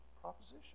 proposition